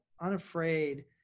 unafraid